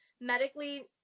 medically